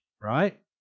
right